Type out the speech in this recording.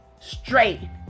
straight